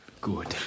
Good